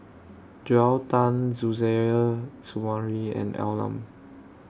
Joel Tan Suzairhe Sumari and Al Lim